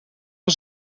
van